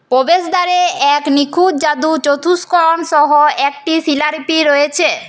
প্রবেশদ্বারে এক নিখুঁত জাদু চতুষ্কোণ সহ একটি শিলালিপি রয়েছে